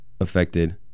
affected